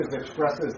expresses